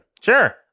Sure